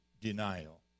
denial